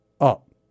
up